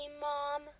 Mom